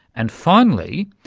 and finally,